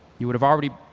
you would have already